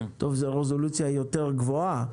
זאת רזולוציה יותר גבוהה.